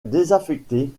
désaffectée